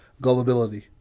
gullibility